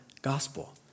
gospel